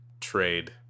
trade